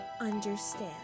understand